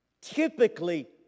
typically